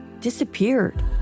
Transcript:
disappeared